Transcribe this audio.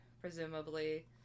presumably